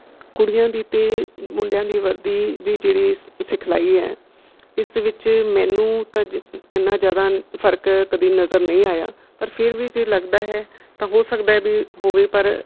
ਕੁੜੀਆਂ ਦੀ ਅਤੇ ਮੁੰਡਿਆਂ ਦੀ ਵਰਦੀ ਦੀ ਜਿਹੜੀ ਸਿ ਸਿਖਲਾਈ ਹੈ ਇਸ ਦੇ ਵਿੱਚ ਮੈਨੂੰ ਤਾਂ ਜੇ ਇੰਨਾਂ ਜ਼ਿਆਦਾ ਫਰਕ ਕਦੀ ਨਜ਼ਰ ਨਹੀਂ ਆਇਆ ਪਰ ਫਿਰ ਵੀ ਜੇ ਲੱਗਦਾ ਹੈ ਤਾਂ ਹੋ ਸਕਦਾ ਵੀ ਹੋਵੇ ਪਰ